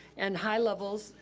and high levels,